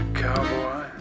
cowboy